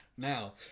Now